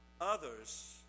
Others